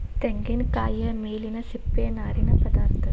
ತೆಂಗಿನಕಾಯಿಯ ಮೇಲಿನ ಸಿಪ್ಪೆಯ ನಾರಿನ ಪದಾರ್ಥ